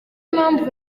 impamvu